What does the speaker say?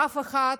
ואף אחד,